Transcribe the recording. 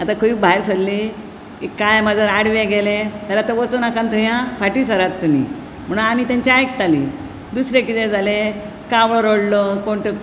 आतां खंय भायर सरलीं की काळें माजर आडवें गेलें जाल्यार थंय वचूं नाकात थंय आं फाटीं सरात तुमी म्हणून आमी तांचे आयकतालीं दुसरें कितें जालें कावळो रडलो कोण तो